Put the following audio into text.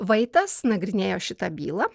vaitas nagrinėjo šitą bylą